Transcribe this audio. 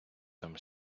там